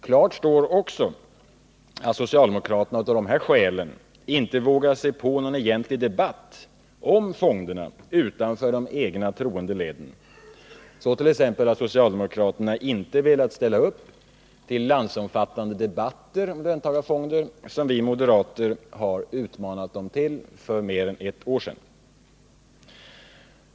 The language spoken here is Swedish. Klart står också att socialdemokraterna av dessa skäl inte vågar sig på någon egentlig debatt om fonderna utanför de egna troende leden. Så t.ex. har socialdemokraterna inte velat ställa upp till landsomfattande debatter om löntagarfonderna, som vi moderater utmanat dem till för mer än ett år sedan.